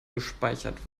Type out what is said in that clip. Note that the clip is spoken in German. gespeichert